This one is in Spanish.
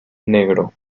negro